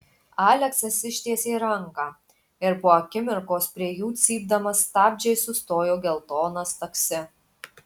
aleksas ištiesė ranką ir po akimirkos prie jų cypdamas stabdžiais sustojo geltonas taksi